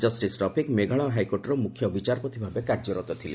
justice Rafiq Meghalaya ହାଇକୋର୍ଟର ମୁଖ୍ୟ ବିଚାରପତି ଭାବେ କାର୍ଯ୍ୟରତ ଥିଲେ